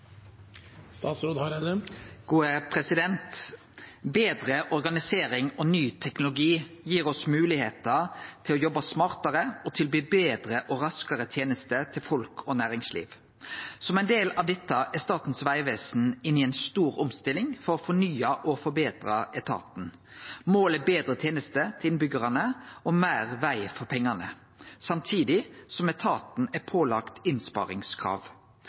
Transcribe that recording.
organisering og ny teknologi gir oss moglegheiter til å jobbe smartare og tilby betre og raskare tenester til folk og næringsliv. Som ein del av dette er Statens vegvesen inne i ei stor omstilling for å fornye og forbetre etaten. Målet er betre tenester til innbyggjarane og meir veg for pengane, samtidig som etaten er pålagd innsparingskrav.